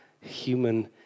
human